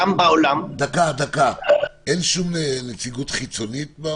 אין שום נציגות חיצונית?